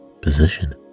position